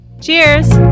Cheers